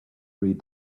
read